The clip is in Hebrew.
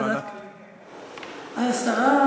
אבל למה השר לא הגיע?